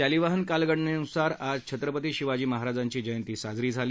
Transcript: शालिवाहन कालगणनेनुसार आज छत्रपती शिवाजी महाराजांची जयंती साजरी झाली